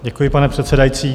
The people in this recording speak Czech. Děkuji, pane předsedající.